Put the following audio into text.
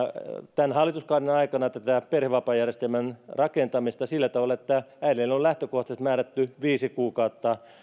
tämän hallituskauden aikana tätä tätä perhevapaajärjestelmän rakentamista sillä tavalla että äideille on lähtökohtaisesti määrätty viisi kuukautta